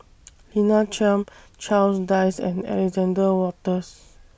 Lina Chiam Charles Dyce and Alexander Wolters